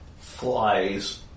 Flies